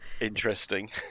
interesting